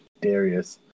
Darius